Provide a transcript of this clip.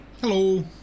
Hello